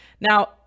Now